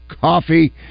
coffee